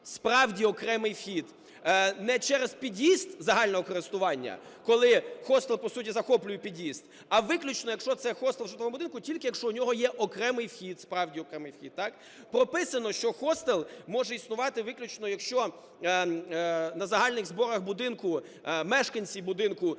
справді окремий вхід, не через під'їзд загального користування, коли костел, по суті, захоплює під'їзд, а виключно, якщо це хостел в житловому будинку, тільки якщо в нього є окремий вхід, справді окремий вхід, так? Прописано, що хостел може існувати виключно, якщо на загальних зборах будинку мешканці будинку